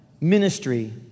ministry